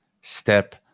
step